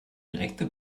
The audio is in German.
direkte